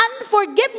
unforgiveness